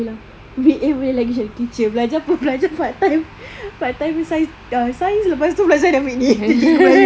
B_A boleh jadi teacher belajar pun belajar part time part time science dah science lepas tu belajar